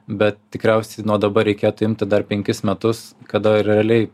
bet tikriausiai nuo dabar reikėtų imti dar penkis metus kada realiai